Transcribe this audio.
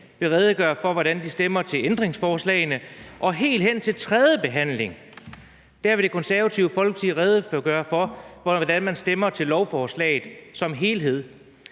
vil redegøre for, hvordan de stemmer til ændringsforslagene, og først til tredjebehandlingen vil De Konservative redegøre for, hvordan man stemmer til lovforslaget som helhed.